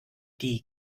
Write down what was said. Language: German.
die